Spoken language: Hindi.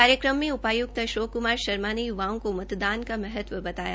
कार्यक्रम में उपायुक्त अशोक कुमार शर्मा ने युवाओं को मतदान का महत्व बताया